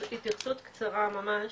התייחסות קצרה ממש,